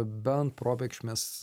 bent probėgšmais